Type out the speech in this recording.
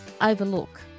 overlook